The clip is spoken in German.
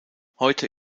heute